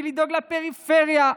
לדאוג לפריפריה,